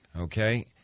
okay